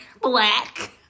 black